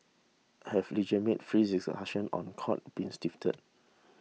have legitimate free discussions on court cases been stifled